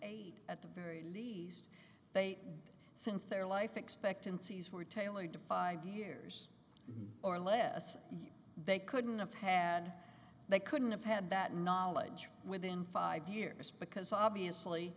eight at the very least they since their life expectancies were tailored to five years or less they couldn't have had they couldn't have had that knowledge within five years because obviously